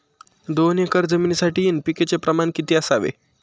दोन एकर जमीनीसाठी एन.पी.के चे प्रमाण किती असावे?